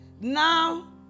Now